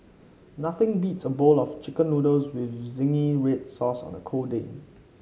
nothing beats a bowl of chicken noodles with zingy red sauce on a cold day